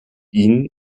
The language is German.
ihn